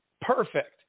perfect